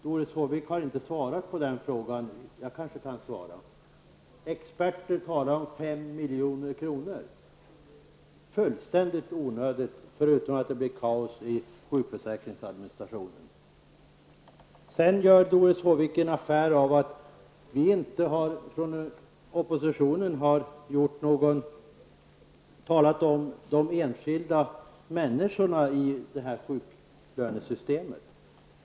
Doris Håvik har inte svarat på den frågan. Jag kanske kan svara. Experter talar om 5 milj.kr. Detta är en fullständigt onödig kostnad, och det blir dessutom kaos i sjukförsäkringsadministrationen. Doris Håvik gör en affär av att vi från oppositionen inte har talat om de enskilda människorna i sjuklönesystemet.